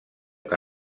que